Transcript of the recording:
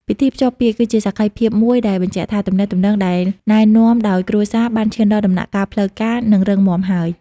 ពិធីភ្ជាប់ពាក្យគឺជាសក្ខីភាពមួយដែលបញ្ជាក់ថា ទំនាក់ទំនងដែលណែនាំដោយគ្រួសារបានឈានដល់ដំណាក់កាលផ្លូវការ និងរឹងមាំហើយ។